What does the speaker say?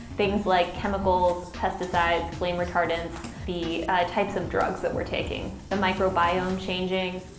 things like chemicals, pesticides, flame retardants, the types of drugs that we're taking, the microbiome changing.